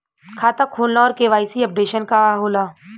खाता खोलना और के.वाइ.सी अपडेशन का होला?